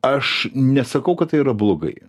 aš nesakau kad tai yra blogai